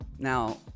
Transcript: Now